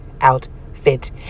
outfit